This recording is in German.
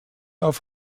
auf